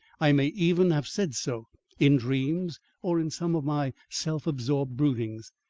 i may even have said so in dreams or in some of my self-absorbed broodings.